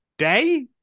Day